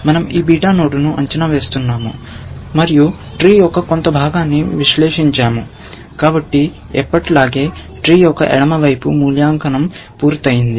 మనం ఈ బీటా నోడ్ను అంచనా వేస్తున్నాము మరియు ట్రీ యొక్క కొంత భాగాన్ని విశ్లేషించాము కాబట్టి ఎప్పటిలాగే ట్రీ యొక్క ఎడమ వైపు మూల్యాంకనం పూర్తయింది